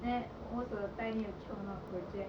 then most of the time need to chiong a lot of project